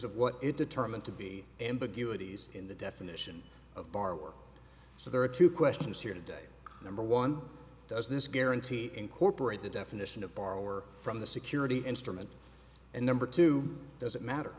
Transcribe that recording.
of what it determined to be ambiguities in the definition of borrower so there are two questions here today number one does this guarantee incorporate the definition of borrower from the security instrument and number two does it matter